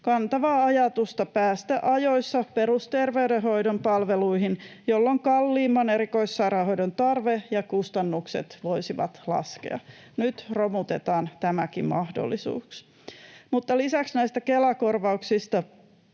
kantavaa ajatusta päästä ajoissa perusterveydenhoidon palveluihin, jolloin kalliimman erikoissairaanhoidon tarve ja kustannukset voisivat laskea. Nyt romutetaan tämäkin mahdollisuus. Mutta lisäksi näistä Kela-korvauksista